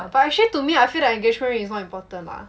but actually to me I feel that engagement ring it's not important lah